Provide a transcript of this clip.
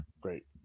Great